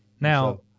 Now